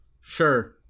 Sure